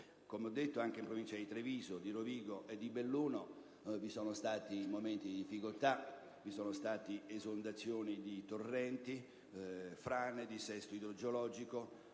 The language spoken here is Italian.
Come ho detto, anche in provincia di Treviso, Rovigo e Belluno ci sono stati momenti di difficoltà, con esondazioni di torrenti, frane, dissesto idrogeologico,